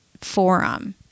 forum